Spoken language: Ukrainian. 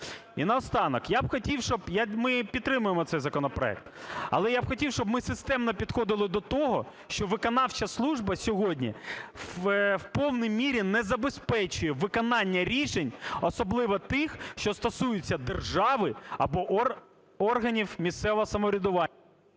І наостанок. Я б хотів, щоб… Ми підтримуємо цей законопроект. Але я б хотів, щоб ми системно підходили до того, що виконавча служба сьогодні в повній мірі не забезпечує виконання рішень, особливо тих, що стосуються держави або органів місцевого самоврядування.